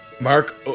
Mark